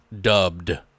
Dubbed